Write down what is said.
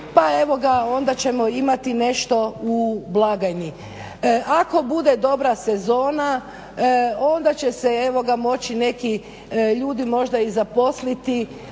pa evo ga onda ćemo imati nešto u blagajni, ako bude dobra sezona onda će se moći neki ljudi možda i zaposliti